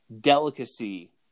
delicacy